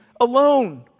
alone